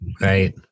Right